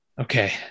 Okay